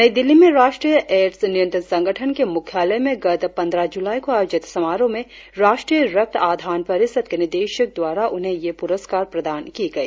नई दिल्ली में राष्ट्रीय एड्स नियंत्रण संगठन के मुख्यालय में गत पंद्रह जुलाई को आयोजित समारोह में राष्ट्रीय रक्त आधान परिषद के निदेशक द्वारा उन्हें यह पुरस्कार प्रदान की गई